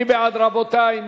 מי בעד, רבותי?